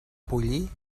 pollí